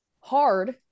hard